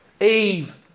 Eve